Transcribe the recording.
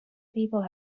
people